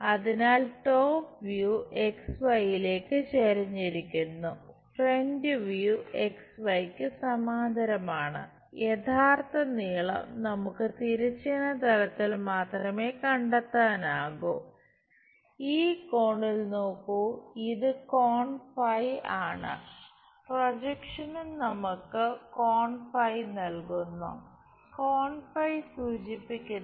ഒരുപക്ഷെ ഈ ചിത്രം നമുക്ക് അറിയാമെങ്കിൽ അതിനർത്ഥം ടോപ് വ്യൂവിൽ എന്ന രേഖയാണ് ലംബതലവുമായി ഒരു ചെരിവ് കോൺ ഉണ്ടാക്കുന്നത് എന്നാണ് അത് സൂചിപ്പിക്കുന്നത്